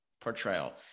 portrayal